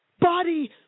Body